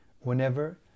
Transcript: Whenever